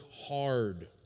hard